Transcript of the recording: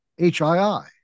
HII